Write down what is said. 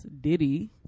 Diddy